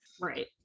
Right